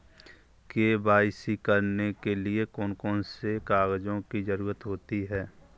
KYC करने के लिए कौन कौन से कागजों की जरूरत होती है?